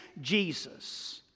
Jesus